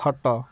ଖଟ